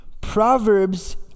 Proverbs